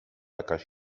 jakaś